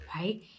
right